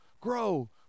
grow